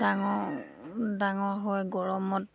ডাঙৰ ডাঙৰ হয় গৰমত